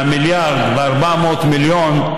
מהמיליארד ו-400 מיליון,